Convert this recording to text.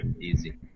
Easy